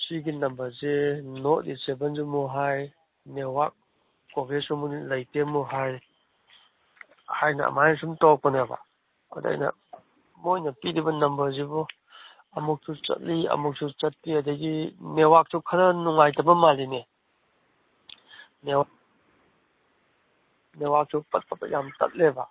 ꯁꯤꯒꯤ ꯅꯝꯕꯔꯁꯦ ꯅꯣꯠ ꯔꯤꯆꯦꯕꯜꯁꯨ ꯑꯃꯨꯛ ꯍꯥꯏ ꯅꯦꯠꯋꯥꯛ ꯀꯣꯚꯔꯦꯖꯁꯨ ꯂꯩꯇꯦ ꯑꯃꯨꯛ ꯍꯥꯏ ꯍꯥꯏꯅ ꯑꯗꯨꯃꯥꯏꯅ ꯁꯨꯝ ꯇꯧꯔꯛꯄꯅꯦꯕ ꯑꯗ ꯑꯩꯅ ꯃꯣꯏꯅ ꯄꯤꯔꯤꯕ ꯅꯝꯕꯔꯁꯤꯕꯨ ꯑꯃꯨꯛꯁꯨ ꯆꯠꯂꯤ ꯑꯃꯨꯛꯁꯨ ꯆꯠꯇꯦ ꯑꯗꯒꯤ ꯅꯦꯠꯋꯥꯛꯁꯨ ꯈꯔ ꯅꯨꯡꯉꯥꯏꯇꯕ ꯃꯥꯜꯂꯤꯅꯦ ꯅꯦꯠꯋꯥꯛꯁꯨ ꯄꯠ ꯄꯠ ꯌꯥꯝ ꯇꯠꯂꯦꯕ